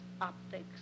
optics